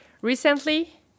Recently